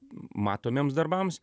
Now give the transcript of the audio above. matomiems darbams